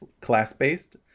class-based